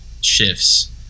shifts